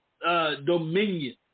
Dominion